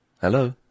Hello